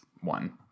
one